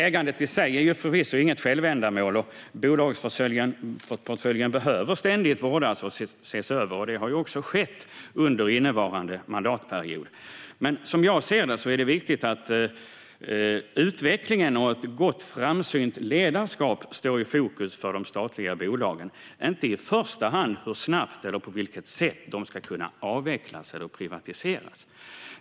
Ägandet i sig är förvisso inget självändamål, och bolagsportföljen behöver ständigt vårdas och ses över. Det har också skett under innevarande mandatperiod. Som jag ser det är det dock viktigt att utvecklingen och ett gott, framsynt ledarskap står i fokus för de statliga bolagen - inte i första hand hur snabbt eller på vilket sätt de ska kunna avvecklas eller privatiseras.